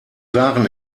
waren